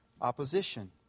opposition